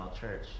church